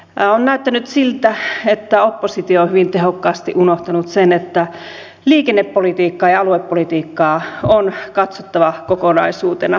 on näyttänyt siltä että oppositio on hyvin tehokkaasti unohtanut sen että liikennepolitiikkaa ja aluepolitiikkaa on katsottava kokonaisuutena